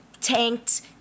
tanked